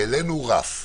שהעלינו בו את הרף,